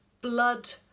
blood